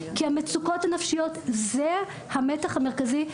כי המצוקות הנפשיות זה המתח המרכזי.